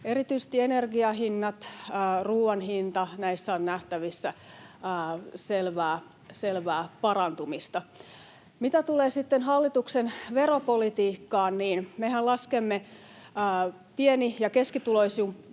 Erityisesti energian hinnoissa ja ruoan hinnassa on nähtävissä selvää parantumista. Mitä tulee sitten hallituksen veropolitiikkaan, niin mehän laskemme pieni- ja keskituloisiin